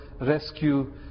rescue